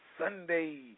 Sunday